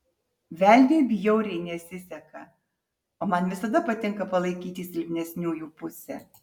velniui bjauriai nesiseka o man visada patinka palaikyti silpnesniųjų pusę